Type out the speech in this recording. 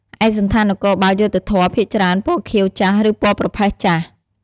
ឯកសណ្ឋាននគរបាលយុត្តិធម៌ភាគច្រើនពណ៌ខៀវចាស់ ឬពណ៌ប្រផេះចាស់។